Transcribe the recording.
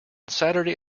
saturday